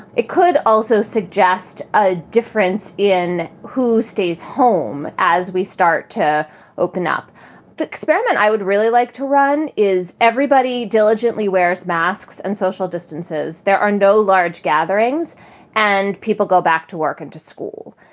it could also suggest a difference in who stays home as we start to open up the experiment. i would really like to run. is everybody diligently wears masks and social distances. there are no large gatherings and people go back to work and to school.